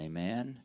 Amen